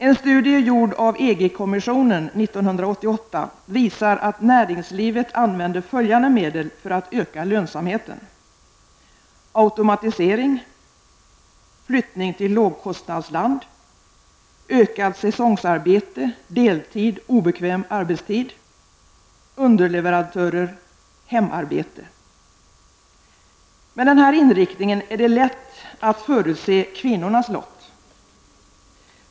En studie gjord av EG-kommissionen 1988 visar att näringslivet använder följande medel för att öka lönsamheten: Med denna inriktning är det lätt att förutse kvinnornas lott.